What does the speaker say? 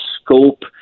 scope